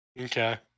Okay